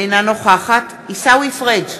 אינה נוכחת עיסאווי פריג'